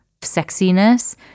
sexiness